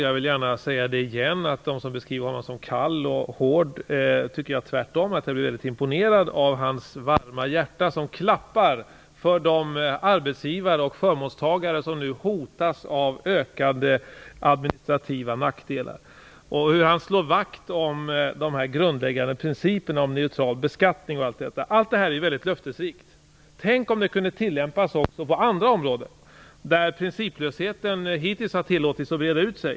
Jag vill gärna upprepa att jag i motsats till dem som beskriver honom som kall och hård har blivit väldigt imponerad av hans varma hjärta som klappar för de arbetsgivare och förmånstagare som nu hotas av ökade administrativa nackdelar. Han slår också vakt om de grundläggande principerna om neutral beskattning m.m. Allt detta är väldigt löftesrikt. Tänk om det kunde tillämpas också på andra områden, där principlösheten hittills har tillåtits breda ut sig.